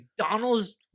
McDonald's